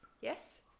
Yes